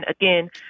Again